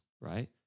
right